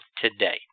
today